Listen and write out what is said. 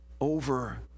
over